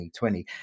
2020